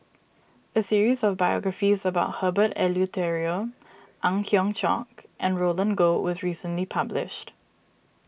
a series of biographies about Herbert Eleuterio Ang Hiong Chiok and Roland Goh was recently published